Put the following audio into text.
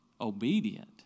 obedient